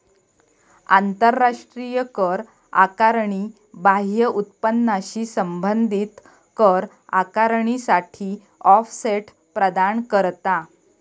आंतराष्ट्रीय कर आकारणी बाह्य उत्पन्नाशी संबंधित कर आकारणीसाठी ऑफसेट प्रदान करता